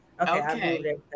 Okay